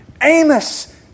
Amos